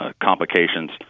complications